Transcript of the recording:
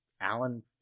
alan